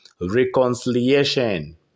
Reconciliation